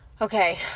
Okay